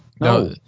No